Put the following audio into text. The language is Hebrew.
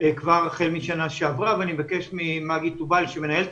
כבר החל משנה שעברה ואני אבקש ממגי טובל שמנהלת